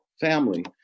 family